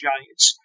Giants